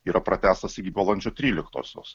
yra pratęstas iki balandžio tryliktosios